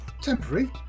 Temporary